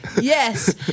yes